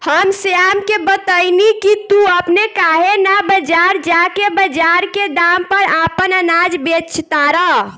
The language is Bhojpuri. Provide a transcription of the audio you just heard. हम श्याम के बतएनी की तू अपने काहे ना बजार जा के बजार के दाम पर आपन अनाज बेच तारा